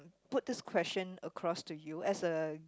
put this question across to you as a